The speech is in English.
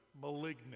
malignant